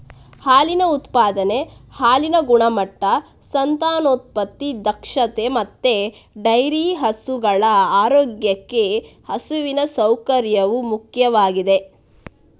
ಹಾಲಿನ ಉತ್ಪಾದನೆ, ಹಾಲಿನ ಗುಣಮಟ್ಟ, ಸಂತಾನೋತ್ಪತ್ತಿ ದಕ್ಷತೆ ಮತ್ತೆ ಡೈರಿ ಹಸುಗಳ ಆರೋಗ್ಯಕ್ಕೆ ಹಸುವಿನ ಸೌಕರ್ಯವು ಮುಖ್ಯವಾಗಿದೆ